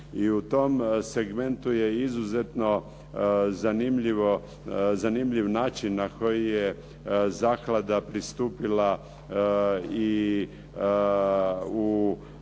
I u tom segmentu je izuzetno zanimljiv način na koji je zaklada pristupila i u